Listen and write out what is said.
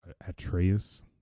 atreus